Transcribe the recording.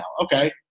Okay